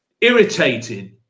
irritated